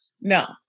No